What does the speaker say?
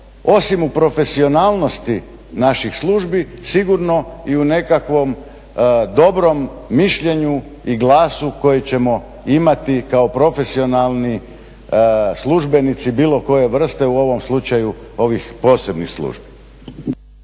osim u profesionalnosti naših službi sigurno i u nekakvom dobrom mišljenju i glasu koji ćemo imati kao profesionalni službenici bilo koje vrste u ovom slučaju ovih posebnih službi.